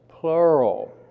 plural